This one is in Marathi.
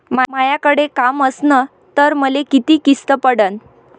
मायाकडे काम असन तर मले किती किस्त पडन?